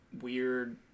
weird